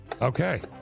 Okay